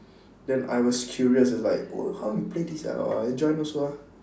then I was curious it's like w~ how you play this ah oh I join also ah